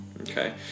Okay